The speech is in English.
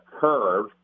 curve